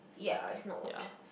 ya it's not